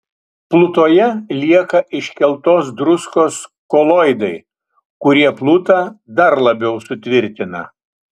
plutoje lieka iškeltos druskos koloidai kurie plutą dar labiau sutvirtina